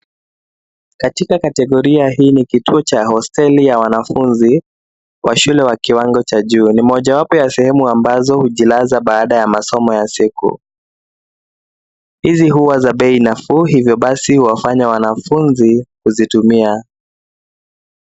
Katika kategoria hii ni kituo cha hosteli ya wanafunzi wa shule wa kiwango cha juu. Ni mojawapo ya sehemu ambazo hujilaza baada ya masomo ya siku. Hizi huwa za bei nafuu hivyo basi huwafanya wanafunzi huzitumia.